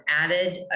added